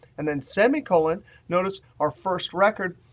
and then semicolon notice our first record,